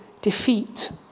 defeat